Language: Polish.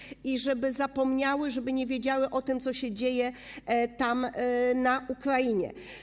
Chodzi o to, żeby zapomniały, żeby nie wiedziały o tym, co się dzieje tam, na Ukrainie.